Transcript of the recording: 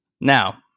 Now